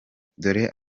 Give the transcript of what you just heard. dore